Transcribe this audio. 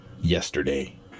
Yesterday